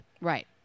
Right